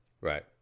Right